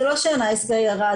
זה לא שה"נייס גאי" ירד,